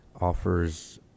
offers